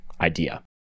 idea